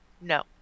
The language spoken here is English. No